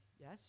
Yes